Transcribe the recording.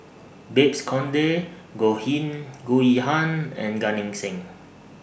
Babes Conde Goh Him Goh Yihan and Gan Eng Seng